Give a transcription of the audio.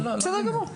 בסדר גמור.